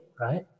Right